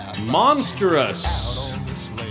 Monstrous